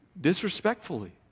disrespectfully